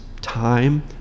time